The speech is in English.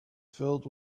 filled